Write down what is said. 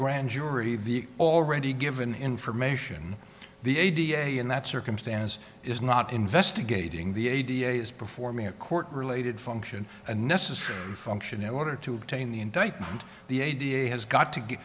grand jury the already given information the a da in that circumstance is not investigating the a da is performing a court related function a necessary function in order to obtain the indictment the a da has got to get